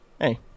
Hey